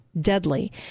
deadly